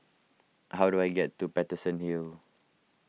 how do I get to Paterson Hill